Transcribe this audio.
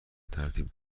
ترتیب